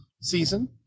season